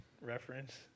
reference